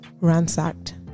ransacked